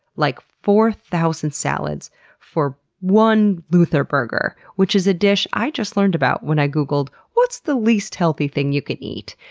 like, four thousand salads for one luther burger, which is a dish i just learned about when i googled, what's the least healthy thing you can eat?